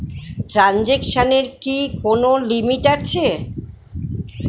ট্রানজেকশনের কি কোন লিমিট আছে?